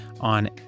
on